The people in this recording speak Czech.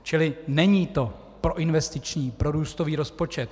Čili není to proinvestiční, prorůstový rozpočet.